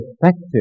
effective